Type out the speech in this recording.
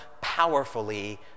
powerfully